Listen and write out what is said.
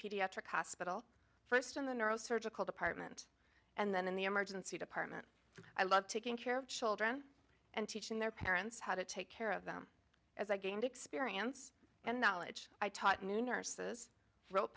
pediatric hospital first in the neurosurgical department and then in the emergency department i love taking care of children and teaching their parents how to take care of them as i gained experience and knowledge i taught new nurses wrote